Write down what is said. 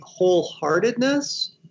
wholeheartedness